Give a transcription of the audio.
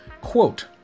quote